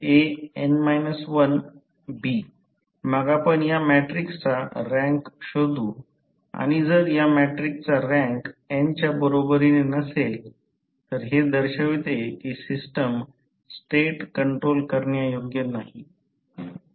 मग आपण या मॅट्रिक्सचा रँक शोधू आणि जर या मॅट्रिक्सचा रँक n च्या बरोबरीने नसेल तर हे दर्शवते की सिस्टम स्टेट कंट्रोल करण्यायोग्य नाही